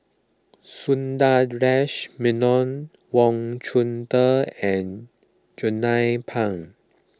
Sundaresh Menon Wang Chunde and Jernnine Pang